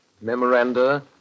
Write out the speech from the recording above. ...memoranda